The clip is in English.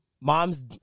mom's